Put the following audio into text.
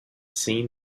seen